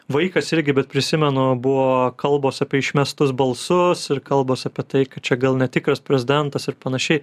vaikas irgi bet prisimenu buvo kalbos apie išmestus balsus ir kalbos apie tai čia gal netikras prezidentas ir panašiai